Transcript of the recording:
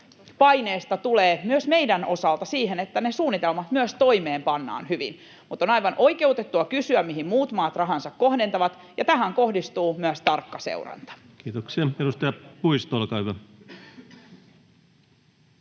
paineesta tulee myös meidän osaltamme siihen, että ne suunnitelmat myös toimeenpannaan hyvin. Mutta on aivan oikeutettua kysyä, mihin muut maat rahansa kohdentavat, ja tähän kohdistuu myös tarkka seuranta. Kiitoksia. — Edustaja Puisto, olkaa hyvä.